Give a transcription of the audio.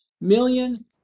million